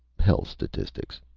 health statistics.